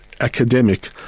academic